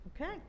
Okay